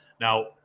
Now